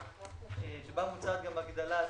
שבה מוצעת גם הגדלת